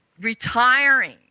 retiring